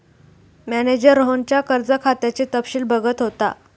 manager रोहनच्या कर्ज खात्याचे तपशील बघत होता